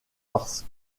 parce